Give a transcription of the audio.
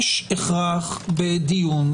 יש הכרח בדיון,